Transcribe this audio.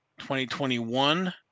2021